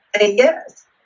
yes